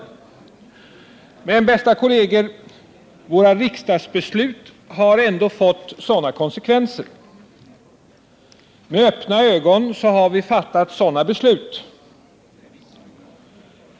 Men, bästa kolleger, våra riksdagsbeslut har fått sådana här konsekvenser. Med öppna ögon har vi fattat sådana beslut.